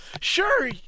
sure